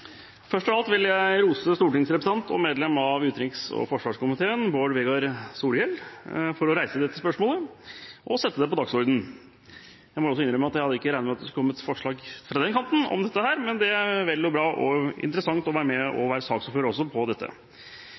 Først av alt vil jeg rose stortingsrepresentant og medlem av utenriks- og forsvarskomiteen Bård Vegar Solhjell for å reise dette spørsmålet og sette det på dagsordenen. Jeg må også innrømme at jeg ikke hadde regnet med at det skulle komme et forslag fra den kanten om dette, men det er vel og bra – og det er interessant å være